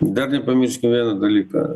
dar nepamirškim vieną dalyką